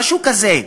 משהו כזה.